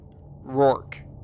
Rourke